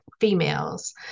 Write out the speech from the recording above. females